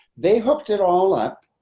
they hooked it all up.